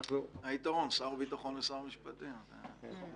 --- שר הביטחון ושר המשפטים --- נכון,